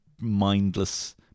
mindless